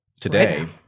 today